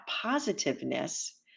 positiveness